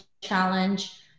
challenge